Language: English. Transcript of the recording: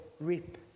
reap